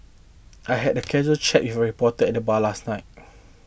I had a casual chat with reporter at bar last night